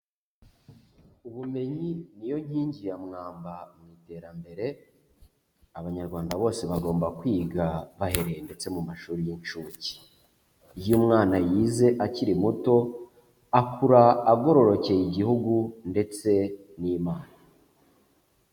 Ubumenyi niyo nkingi ya mwamba mu iterambere, Abanyarwanda bose bagomba kwiga bahereye ndetse mu mashuri y'inshuke. Iyo umwana yize akiri muto, akura agororokeye igihugu ndetse n'Imana.